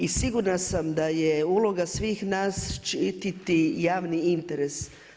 I sigurna sam da je uloga svih nas, štiti javni interes.